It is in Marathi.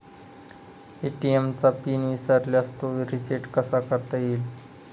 ए.टी.एम चा पिन विसरल्यास तो रिसेट कसा करता येईल?